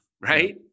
right